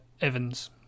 Evans